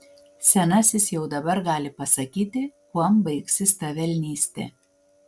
senasis jau dabar gali pasakyti kuom baigsis ta velnystė